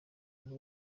buri